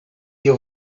you